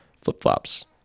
flip-flops